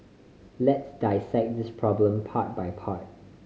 let's dissect this problem part by part